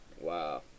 Wow